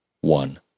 one